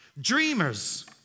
Dreamers